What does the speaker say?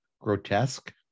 grotesque